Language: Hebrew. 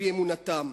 על-פי אמונתם,